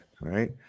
right